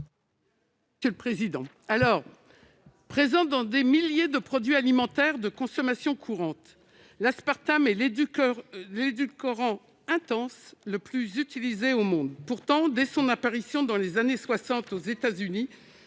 Mme Raymonde Poncet Monge. Présent dans des milliers de produits alimentaires de consommation courante, l'aspartame est l'édulcorant intense le plus utilisé au monde. Pourtant, dès son apparition dans les années 1960 aux États-Unis,